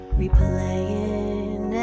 replaying